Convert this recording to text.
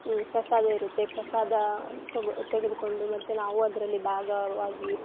ಪ್ರಸಾದ ಇರುತ್ತೆ ಪ್ರಸಾದ ತಗೊ ತೆಗೆದುಕೊಂಡು ಮತ್ತು ನಾವು ಅದರಲ್ಲಿ ಭಾಗವಾಗಿ